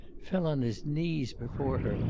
fell on his knees before her,